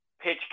pitch